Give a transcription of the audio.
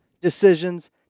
decisions